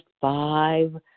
five